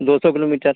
दो सौ किलोमीटर